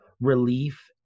relief